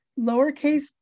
lowercase